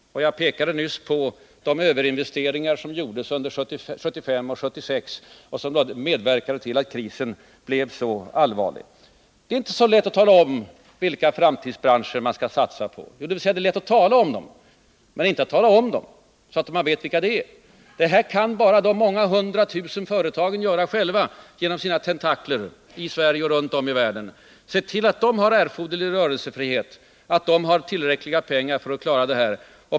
Jag pekade nyss på de överinvesteringar som gjordes under 1975 och 1976 och som medverkade till att krisen blev så allvarlig. Det är inte så lätt att tala om vilka s.k. ”framtidsbranscher” man skall satsa på. Det är lätt att tala om dem men inte att tala om vilka de är. Det kan bara de många hundra tusen företagen göra själva genom sina tentakler i Sverige och runt om i världen. Se till att de har erforderlig rörelsefrihet, att de har tillräckligt med pengar!